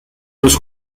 los